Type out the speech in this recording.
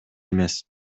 эмес